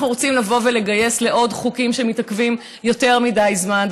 אנחנו רוצים לבוא ולגייס לעוד חוקים שמתעכבים יותר מדי זמן,